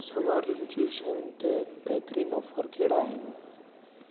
संवारण जूं शयूं ते बहितरीनु ऑफर कहिड़ा आहिनि